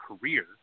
career